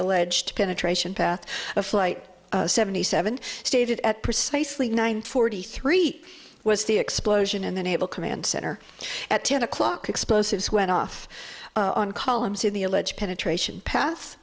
alleged penetration path of flight seventy seven stated at precisely nine forty three was the explosion and the naval command center at ten o'clock explosives went off on columns in the alleged penetration path